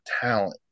talent